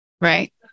Right